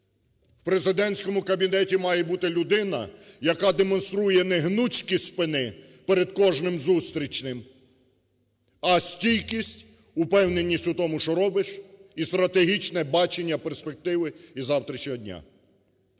В президентському кабінеті має бути людина, яка демонструє не гнучкість спини перед кожним зустрічним, а стійкість, упевненість у тому, що робиш і стратегічне бачення перспективи і завтрашнього дня.